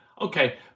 Okay